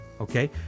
okay